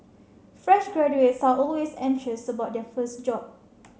fresh graduates are always anxious about their first job